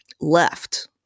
left